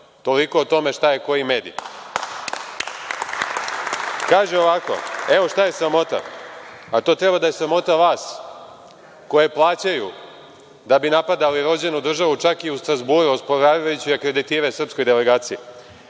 Toliko o tome šta je koji medij. Evo šta je sramota, a to treba da je sramota vas koje plaćaju da bi napadali rođenu državu, čak i u Strazburu osporavajući akreditive srpskoj delegaciji,